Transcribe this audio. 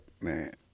man